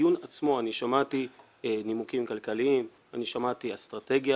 בדיון עצמו שמעתי נימוקים כלכליים, שמעתי אסטרטגיה